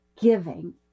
giving